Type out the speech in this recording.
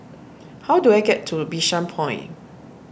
how do I get to Bishan Point